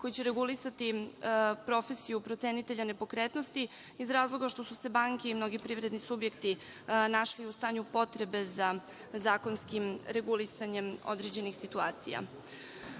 koji će regulisati profesiju procenitelja nepokretnosti, iz razloga što su se banke i mnogi privredni subjekti našli u stanju potrebe za zakonskim regulisanjem određenih situacija. Ovim